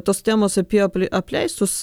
tos temos apie apleistus